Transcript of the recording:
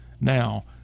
now